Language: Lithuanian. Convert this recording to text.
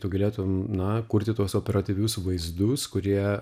tu galėtum na kurti tuos operatyvius vaizdus kurie